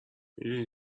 میدونی